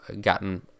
gotten